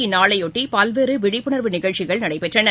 இந்நாளையொட்டி பல்வேறு விழிப்புணர்வு நிகழ்ச்சிகள் நடைபெற்றன